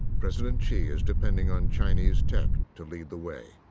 president xi is depending on chinese tech to lead the way.